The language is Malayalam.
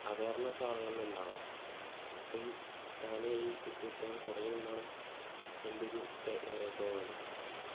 അവേർനെസ്സ് ആളുകളിൽ ഉണ്ടാവണം അപ്പോൾ ഈ താനേ ഈ കുറ്റകൃത്യങ്ങൾ കുറയുമെന്നാണ് എൻ്റെയൊരു തോന്നല്